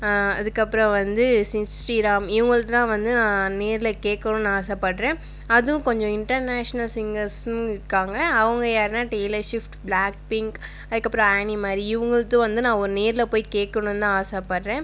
அதுக்கப்புறம் வந்து சிட் ஸ்ரீராம் இவங்கள்துலாம் வந்து நான் நேரில் கேட்கணுனு நான் ஆசப்படறேன் அதும் கொஞ்சம் இன்டர்நேஷ்னல் சிங்கர்ஸ்னு இருக்காங்க அவங்க யாருனா டெயிலர் ஷிஃப்ட் ப்ளாக் பிங்க் அதுக்கப்புறம் ஆனி மரி இவங்கள்தும் வந்து நான் ஒ நேரில் போய் கேட்கணுந்தான் ஆசப்படறேன்